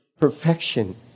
perfection